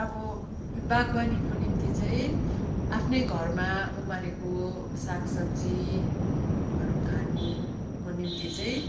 अब बागवानीको निम्ति चाहिँ आफ्नै घरमा उमारेको सागसब्जीहरू खानुको निम्ति चाहिँ